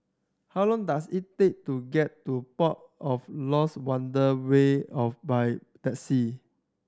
how long does it take to get to Port of Lost Wonder of by taxi